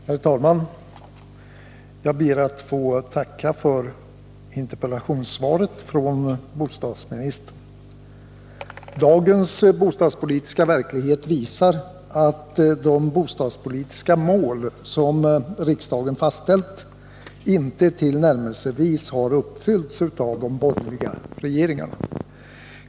Herr talman! Jag ber att få tacka för interpellationssvaret från bostadsministern. Dagens bostadspolitiska verklighet visar att de bostadspolitiska mål som riksdagen fastställt inte tillnärmelsevis har uppfyllts av de borgerliga regeringarna.